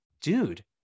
dude